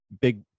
big